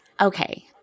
Okay